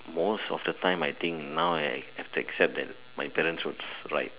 most of the time I think now I have to accept that my parents will be like